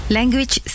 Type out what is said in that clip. Language